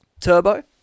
Turbo